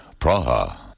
Praha